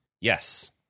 Yes